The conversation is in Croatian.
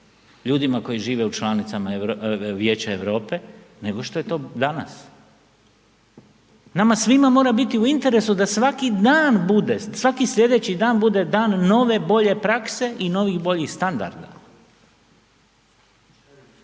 ljudima koji žive u članicama, Vijeća Europe nego što je to danas. Nama svima mora biti u interesu da svaki dan bude, svaki sljedeći dan bude dan nove bolje prakse i novih boljih standarda.